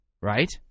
Right